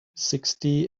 sixty